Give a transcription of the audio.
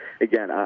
Again